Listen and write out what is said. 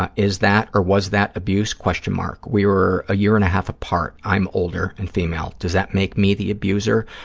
ah is that or was that abuse, question mark. we were a year and a half apart. i'm older and female. does that make me the abuser?